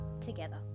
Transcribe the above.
together